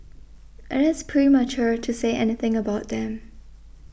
it is premature to say anything about them